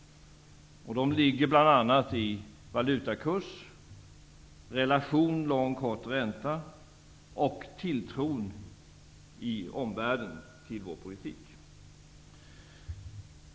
De ligger bl.a. i valutakursen, relationen lång--kort ränta och tilltron i omvärlden till vår politik.